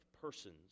persons